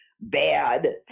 bad